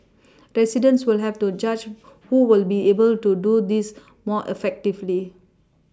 residents will have to judge who will be able to do this more effectively